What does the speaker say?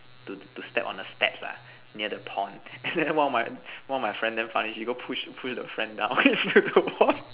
to to step on the steps ah near the pond and then one of my one of my friend damn funny she go push push the friend down into the pond